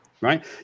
Right